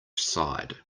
side